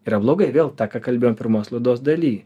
yra blogai vėl tą ką kalbėjom pirmos laidos daly